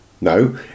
no